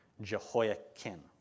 Jehoiakim